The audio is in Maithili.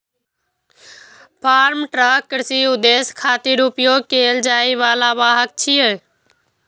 फार्म ट्र्क कृषि उद्देश्य खातिर उपयोग कैल जाइ बला वाहन छियै